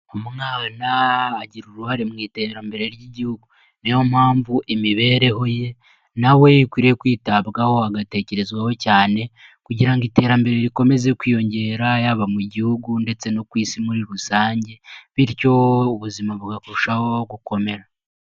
Umwana agira uruhare mu iterambere ry'igihugu. Niyo mpamvu imibereho ye na we ikwiriye kwitabwaho agatekerezwaho cyane kugira ngo iterambere rikomeze kwiyongera yaba mu gihugu ndetse no ku isi muri rusange, bityo ubuzima bukarushaho gukomera.